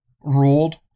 ruled